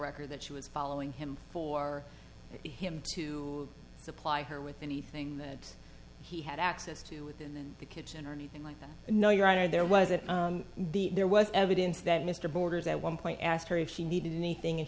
record that she was following him for him to supply her with anything that he had access to within the kitchen or anything like that and no your honor there wasn't the there was evidence that mr boarders at one point asked her if she needed anything and